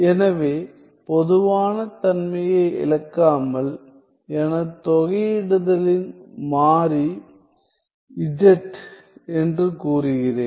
எனவே பொதுவான தன்மையை இழக்காமல் எனது தொகையிடுதலின் மாறி z என்று கூறுகிறேன்